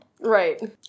Right